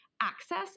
access